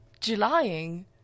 Julying